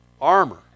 armor